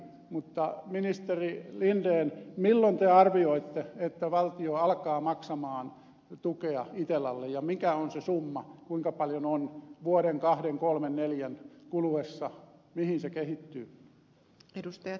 mutta ministeri linden milloin te arvioitte että valtio alkaa maksaa tukea itellalle ja mikä on se summa kuinka paljon on vuoden kahden kolmen neljän kuluessa mihin se kehittyy